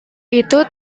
itu